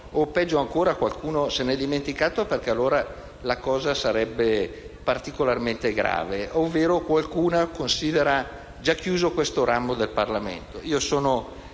se, peggio ancora, qualcuno se ne è dimenticato (perché in quel caso sarebbe particolarmente grave), oppure se qualcuno consideri già chiuso questo ramo del Parlamento. Sono